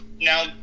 Now